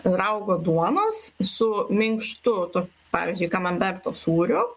raugo duonos su minkštu tu pavyzdžiui kamambebto sūriu